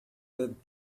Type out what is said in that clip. that